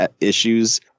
issues